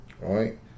right